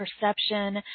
perception